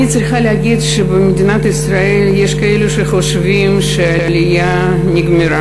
אני צריכה להגיד שבמדינת ישראל יש כאלה שחושבים שהעלייה נגמרה.